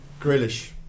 grillish